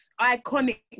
iconic